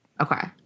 Okay